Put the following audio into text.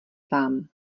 vám